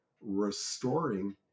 restoring